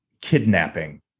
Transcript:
kidnapping